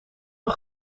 een